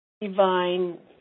divine